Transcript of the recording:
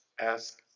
ask